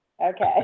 okay